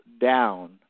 down